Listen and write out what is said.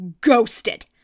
Ghosted